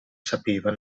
sapeva